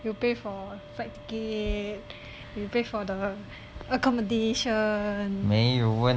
you pay for flight ticket you pay for the accommodation